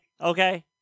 okay